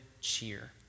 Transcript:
cheer